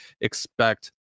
expect